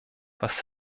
was